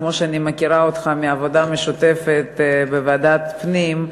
כמו שאני מכירה אותך מעבודה משותפת בוועדת הפנים,